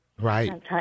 right